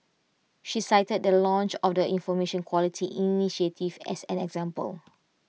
she cited the launch of the Information Quality initiative as an example